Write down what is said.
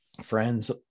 friends